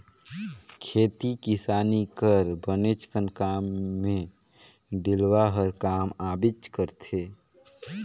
खेती किसानी कर बनेचकन काम मे डेलवा हर काम आबे करथे